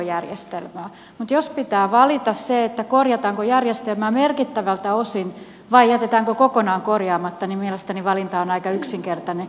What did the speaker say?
mutta jos pitää valita se korjataanko järjestelmää merkittävältä osin vai jätetäänkö kokonaan korjaamatta niin mielestäni valinta on aika yksinkertainen